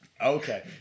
Okay